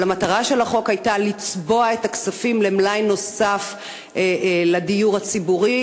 אבל המטרה של החוק הייתה לצבוע את הכספים למלאי נוסף של דיור הציבורי,